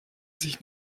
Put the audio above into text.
sich